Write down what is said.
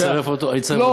אני אצרף אותו לפרוטוקול.